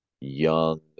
young